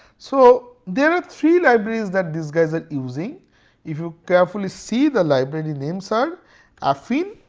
so there are three libraries that these guys are using if you carefully see the library names are afinn